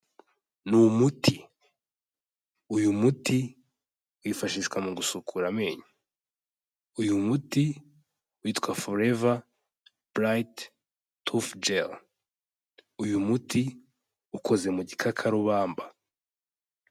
Ni umuti. Uyu muti wifashishwa mu gusukura amenyo. Uyu muti witwa Forever bright toothgel. Uyu muti ukoze mu gikakarubamba.